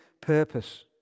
purpose